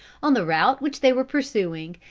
on the route which they were pursuing,